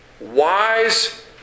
wise